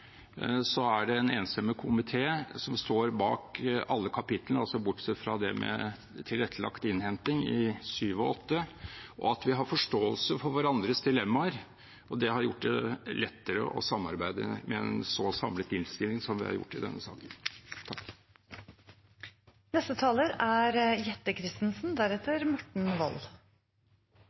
er det en enstemmig komité som står bak alle kapitlene bortsett fra det med tilrettelagt innhenting i kapittel 7 og 8. Og vi har forståelse for hverandres dilemmaer. Det har gjort det lettere å samarbeide med en så samlet innstilling som vi har gjort i denne saken.